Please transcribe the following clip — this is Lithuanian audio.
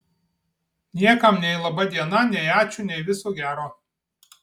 niekam nei laba diena nei ačiū nei viso gero